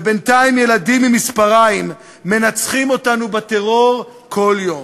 ובינתיים ילדים עם מספריים מנצחים אותנו בטרור כל יום.